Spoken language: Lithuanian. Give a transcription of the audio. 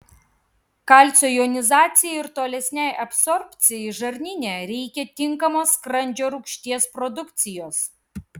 kalcio jonizacijai ir tolesnei absorbcijai žarnyne reikia tinkamos skrandžio rūgšties produkcijos